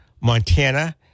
Montana